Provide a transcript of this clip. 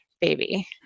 baby